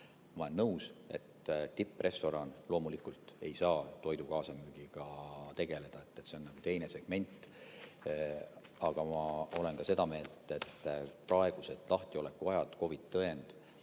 Ma olen nõus, et tipprestoran loomulikult ei saa toidu kaasamüügiga tegeleda, see on teine segment. Aga ma olen ka seda meelt, et praegused lahtiolekuajad ja COVID-i tõend